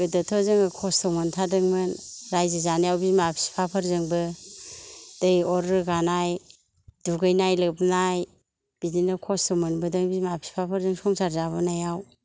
गोदोथ' जोङो खस्थ' मोनथारदोंमोन रायजो जानायाव बिमा बिफाफोरजोंबो दै अर रोगानाय दुगैनाय लोबनाय बिदिनो खस्थ' मोनबोदों बिमा बिफाफोरजों संसार जाबोनायाव